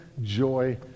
joy